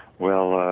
well